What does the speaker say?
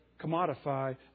commodify